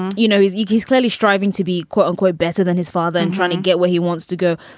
you know, he's ekis clearly striving to be, quote unquote, better than his father and trying to get where he wants to go.